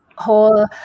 whole